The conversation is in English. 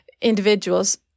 individuals